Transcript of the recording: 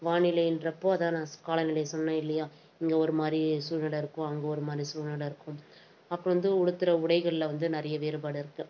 வானிலைன்றப்போ அதுதான் நான் காலநிலை சொன்னேன் இல்லையா இங்கே ஒருமாதிரி சூழ்நிலை இருக்கும் அங்கே ஒருமாதிரி சூழ்நிலை இருக்கும் அப்போ வந்து உடுத்துகிற உடைகள்ல வந்து நிறைய வேறுபாடு இருக்குது